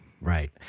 Right